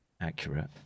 accurate